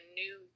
new